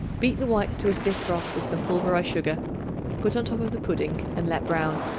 beat the whites to a stiff froth with some pulverized sugar put on top of the pudding and let brown.